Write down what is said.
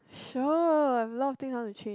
sure a lot of things I want to change